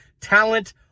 Talent